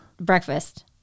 breakfast